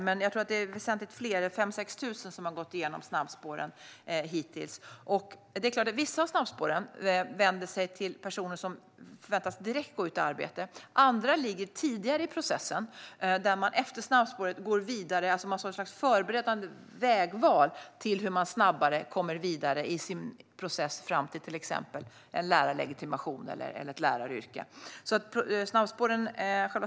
Men jag tror att det är väsentligt fler, 5 000-6 000, som har gått igenom snabbspåren hittills. Vissa av snabbspåren vänder sig till personer som förväntas gå direkt ut i arbete. Andra ligger tidigare i processen - efter snabbspåret går man vidare. Det är alltså ett slags förberedande vägval, så att man snabbare kommer vidare i sin process fram till en lärarlegitimation eller ett läraryrke, till exempel.